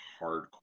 hardcore